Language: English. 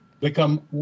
become